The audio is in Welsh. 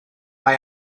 mae